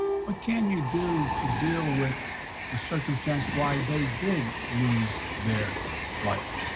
ah can you do to deal with the circumstance why they did lose their life,